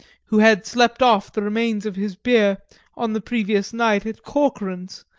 who had slept off the remains of his beer on the previous night at corcoran's,